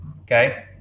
Okay